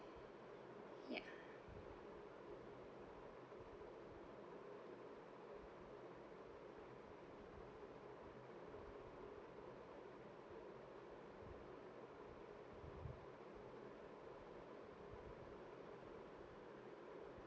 yeah